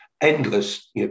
endless